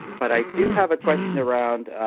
but i do have a question around